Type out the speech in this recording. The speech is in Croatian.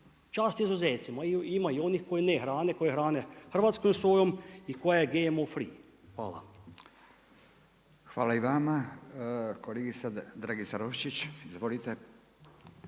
Čast izuzecima. Ima i onih koji ne hrane, koji hrane hrvatskom sojom i koja je GMO free. Hvala. **Radin, Furio (Nezavisni)** Hvala